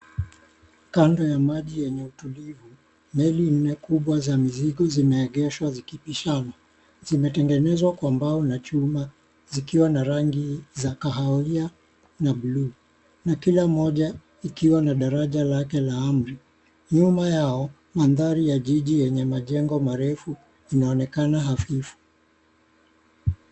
Kando ya maji yenye utulivu, meli nne kubwa za mizigo zimeegeshwa zikipishana. Zimetengenezwa kwa mbao na chuma zikiwa na rangi za kahawia na buluu na kila moja ikiwa na daraja lake la amri. Nyuma yao, mandhari ya jiji yenye majengo marefu inaonekana hafifu.